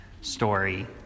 story